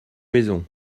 maison